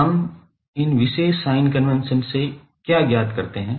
तो हम इन विशेष साइन कन्वेंशन से क्या ज्ञात करते हैं